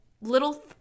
little